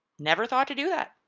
never thought to do that.